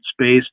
space